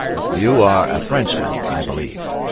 you are a frenchman, i believe,